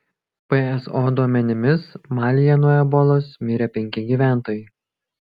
pso duomenimis malyje nuo ebolos mirė penki gyventojai